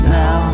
now